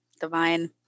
divine